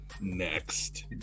next